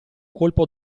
colpo